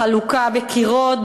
החלוקה בקירות,